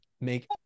make